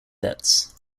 debts